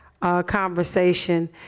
conversation